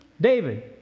David